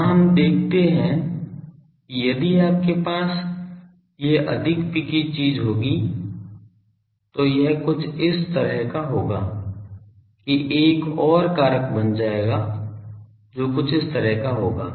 यहाँ हम देखते हैं कि यदि आपके पास ये अधिक पिकी चीज़ होगी तो यह कुछ इस तरह का होगा कि एक और कारक बन जाएगा जो कुछ इस तरह का होगा